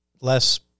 Less